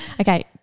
Okay